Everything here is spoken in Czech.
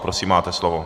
Prosím, máte slovo.